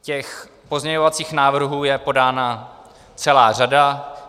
Těch pozměňovacích návrhů je podána celá řada.